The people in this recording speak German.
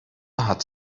hat